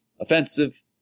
Offensive